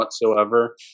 whatsoever